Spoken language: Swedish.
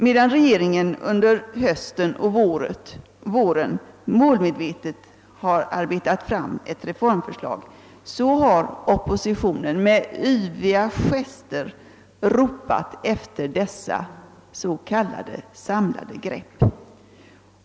Medan regeringen under hösten och våren målmedvetet arbetade fram sitt reformförslag ropade oppositionen under yviga gester på detta samlade grepp.